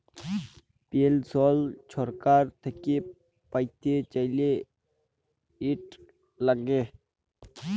পেলসল ছরকার থ্যাইকে প্যাইতে চাইলে, ইট ল্যাগে